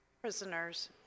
prisoners